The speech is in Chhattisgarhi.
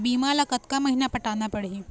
बीमा ला कतका महीना पटाना पड़ही?